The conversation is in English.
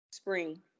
spring